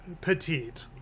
petite